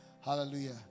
Hallelujah